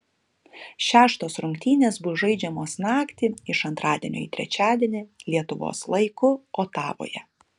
šeštos rungtynės bus žaidžiamos naktį iš antradienio į trečiadienį lietuvos laiku otavoje